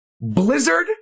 blizzard